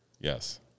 Yes